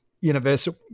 universal